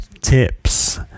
tips